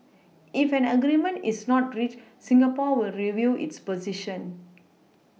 if an agreement is not reached Singapore will review its position